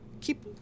keep